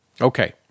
Okay